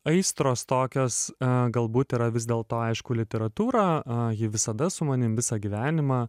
aistros tokios a galbūt yra vis dėlto aišku literatūra a ji visada su manim visą gyvenimą